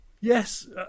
yes